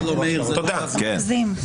חנוך, תחליף אותו.